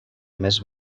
més